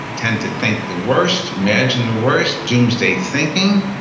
tend to think the worst, imagine the worst, doomsday thinking,